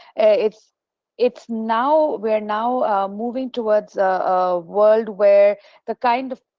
it's it's now we're now moving towards a world where the kind of